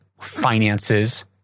finances